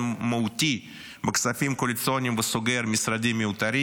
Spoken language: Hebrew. מהותי בכספים הקואליציוניים וסוגר משרדים מיותרים.